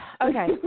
okay